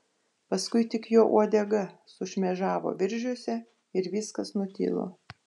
paskui tik jo uodega sušmėžavo viržiuose ir viskas nutilo